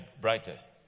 brightest